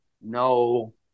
no